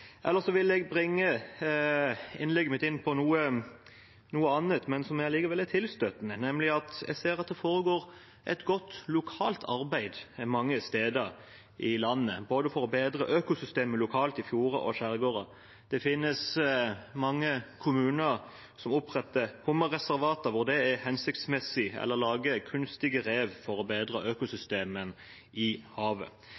jeg bringe innlegget mitt inn på noe annet, men likevel tilstøtende, nemlig at jeg ser at det foregår et godt lokalt arbeid mange steder i landet for å bedre økosystemet lokalt i både fjorder og skjærgårder. Det finnes mange kommuner som oppretter hummerreservat der det er hensiktsmessig, eller lager kunstige rev for å bedre